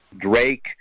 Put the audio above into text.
Drake